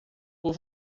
por